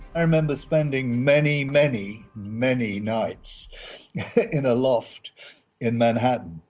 i remember spending many, many, many nights in a loft in manhattan.